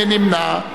מי נמנע?